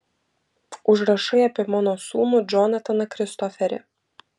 užrašai apie mano sūnų džonataną kristoferį